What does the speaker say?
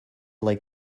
like